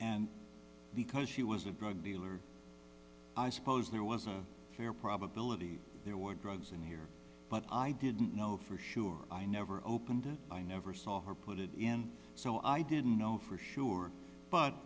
and because she was a drug dealer i suppose there was a fair probability there were drugs in here but i didn't know for sure i never opened it i never saw her put it in so i didn't know for sure but